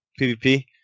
PvP